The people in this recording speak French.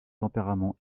tempérament